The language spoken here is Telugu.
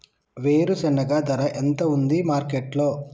వేరుశెనగ ధర ఎంత ఉంది మార్కెట్ లో?